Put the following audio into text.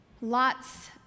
Lots